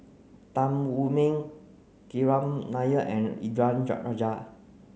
Tan Wu Meng Nair and Indranee Rajah